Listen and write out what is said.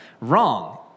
wrong